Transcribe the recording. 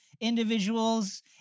individuals